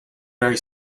very